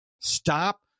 Stop